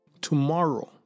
Tomorrow